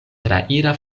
traira